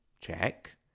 check